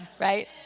right